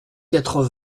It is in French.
quatre